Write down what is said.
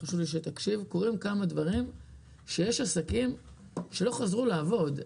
חשוב לי שתקשיב יש עסקים שלא חזרו לעבוד.